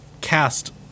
cast